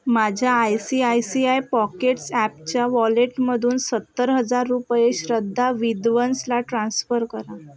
माझ्या I C I C I Pockets ॲपच्या वॉलेटमधून सत्तर हजार रुपये श्रद्धा विद्वंसला ट्रान्स्फर करा